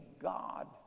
God